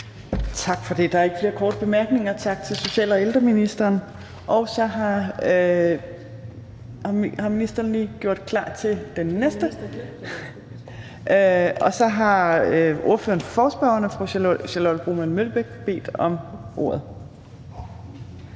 Tak for det. Der er ikke flere korte bemærkninger. Tak til social- og ældreministeren. Så har ordføreren for forespørgerne, fru Charlotte Broman Mølbæk, bedt om ordet.